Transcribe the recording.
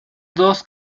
dos